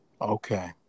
Okay